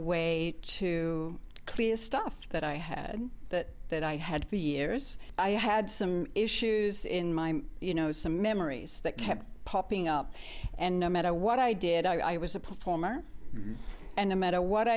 way to clear stuff that i had that that i had for years i had some issues in my you know some memories that kept popping up and no matter what i did i was a performer and no matter what